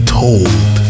told